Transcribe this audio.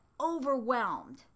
overwhelmed